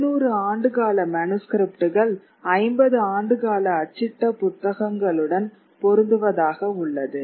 700 ஆண்டுகால மனுஸ்கிரிப்ட்கள் 50 ஆண்டுகால அச்சிட்ட புத்தகங்களுடன் பொருந்துவதாக உள்ளது